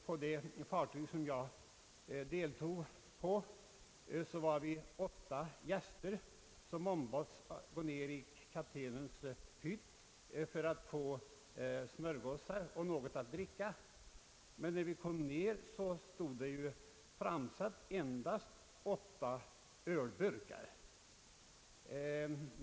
På det fartyg som jag besökte i en grupp på åtta ledamöter invitera des gästerna till kaptenens hytt för att få smörgåsar och något att dricka. På bordet i hytten var endast ölburkar framställda.